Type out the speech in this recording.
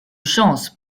chance